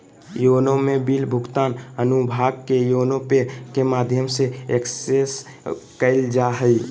YONO में bill भुगतान अनुभाग के योनो पे के माध्यम से एक्सेस कइल जा हइ